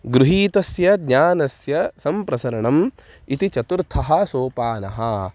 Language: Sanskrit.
गृहीतस्य ज्ञानस्य सम्प्रसारणम् इति चतुर्थः सोपानः